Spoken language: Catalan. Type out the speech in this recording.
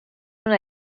una